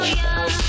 young